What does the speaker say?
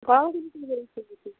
গৰম